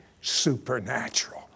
supernatural